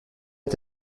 est